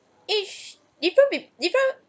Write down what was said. each different with different